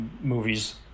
movies